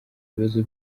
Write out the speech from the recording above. bibazo